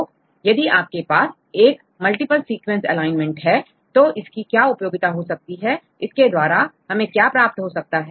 तो यदि आपके पास एक मल्टीपल सीक्वेंस एलाइनमेंट है तो इसकी क्या उपयोगिता हो सकती है इसके द्वारा हमें क्या प्राप्त हो सकता है